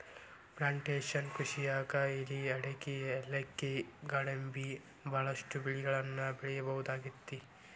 plantation ಕೃಷಿಯಾಗ್ ಎಲಿ ಅಡಕಿ ಯಾಲಕ್ಕಿ ಗ್ವಾಡಂಬಿ ಬಹಳಷ್ಟು ಬೆಳಿಗಳನ್ನ ಬೆಳಿಬಹುದಾಗೇತಿ